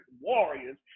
warriors